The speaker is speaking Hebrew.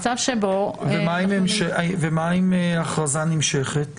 ומה עם הכרזה נמשכת למשל?